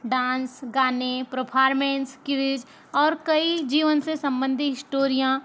dance गाने performance quiz और कई जीवन से संबंधित स्टोरियाँ